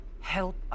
help